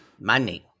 Money